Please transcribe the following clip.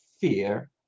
fear